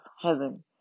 heaven